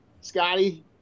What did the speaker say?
Scotty